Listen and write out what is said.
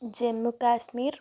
Jammu Kashmir